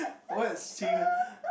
what's string